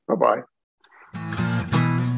Bye-bye